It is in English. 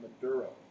Maduro